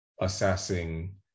assessing